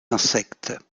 insectes